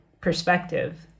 perspective